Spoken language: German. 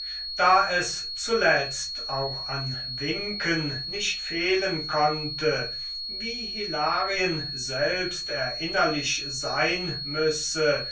da es zuletzt auch an winken nicht fehlen konnte wie hilarien selbst erinnerlich sein müsse